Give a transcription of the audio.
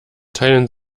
teilen